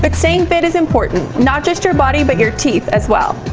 but saying it is important not just your body but your teeth as well.